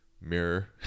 mirror